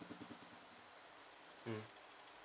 mm